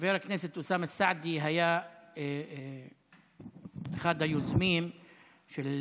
חבר הכנסת אוסאמה סעדי היה אחד היוזמים של